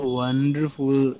wonderful